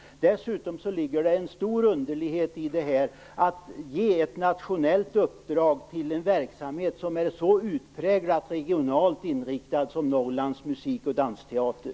Dessutom ligger det en stor underlighet i att ge ett nationellt uppdrag till en verksamhet som är så utpräglat regionalt inriktad som Norrlands Musik och dansteater.